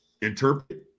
interpret